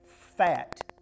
fat